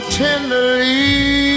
tenderly